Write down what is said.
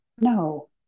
no